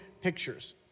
pictures